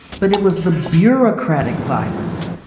but it was the bureaucratic violence,